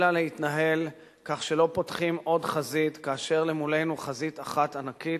אלא יש להתנהל כך שלא פותחים עוד חזית כאשר למולנו חזית אחת ענקית,